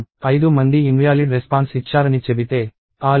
5 మంది invalid response ఇచ్చారని చెబితే ఆ లెక్క 1000 కాదు